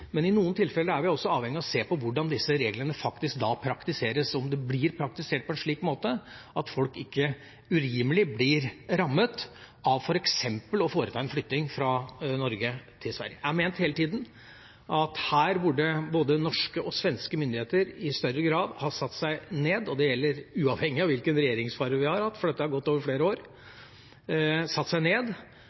men i noen tilfeller er vi også avhengig av å se på hvordan disse reglene faktisk praktiseres, og om de blir praktisert på en slik måte at folk ikke urimelig blir rammet av f.eks. å flytte fra Norge til Sverige. Jeg har ment hele tida at her burde både norske og svenske myndigheter i større grad ha satt seg ned – og det gjelder uavhengig av hvilken regjeringsfarge vi har hatt, for dette har gått over flere år